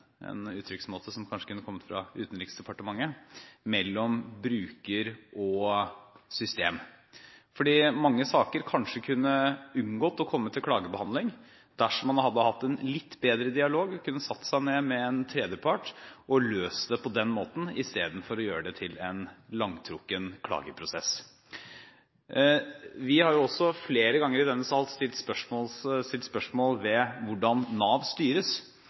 en uttrykksmåte som kanskje kunne kommet fra Utenriksdepartementet, mellom bruker og system. Mange saker kunne kanskje unngått å komme til klagebehandling dersom man hadde hatt en litt bedre dialog – man kunne satt seg ned med en tredjepart og løst det på den måten istedenfor å gjøre det til en langtrukken klageprosess. Vi har flere ganger i denne sal stilt spørsmål ved hvordan Nav styres.